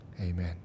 Amen